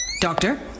Doctor